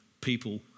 people